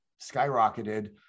skyrocketed